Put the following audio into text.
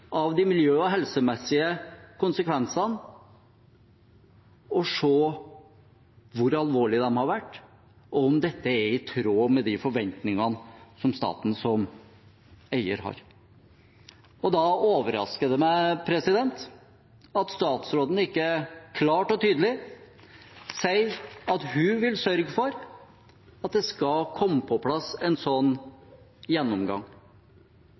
av de miljø- og helsemessige konsekvensene, foreslår å se på hvor alvorlige de har vært, og om dette er i tråd med de forventningene staten som eier har. Og da overrasker det meg at statsråden ikke klart og tydelig sier at hun vil sørge for at det skal komme på plass en slik gjennomgang,